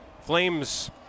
Flames